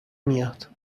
میاد